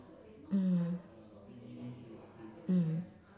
mm mm